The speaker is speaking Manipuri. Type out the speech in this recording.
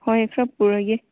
ꯍꯣꯏ ꯈꯔ ꯄꯨꯔꯛꯑꯒꯦ